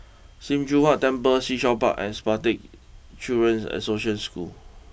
Sim Choon Huat Temple Sea Shell Park and Spastic Children's Association School